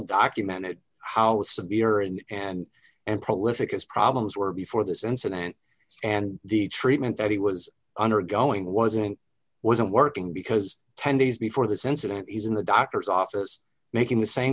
documented how severe and and and prolific his problems were before this incident and the treatment that he was undergoing wasn't wasn't working because ten days before this incident he's in the doctor's office making the same